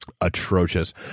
Atrocious